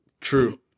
True